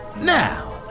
Now